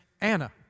Anna